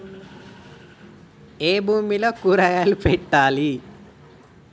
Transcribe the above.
ఏ భూమిలో కూరగాయలు పెట్టాలి?